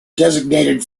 designated